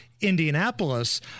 Indianapolis